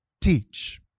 teach